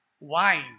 wine